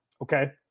okay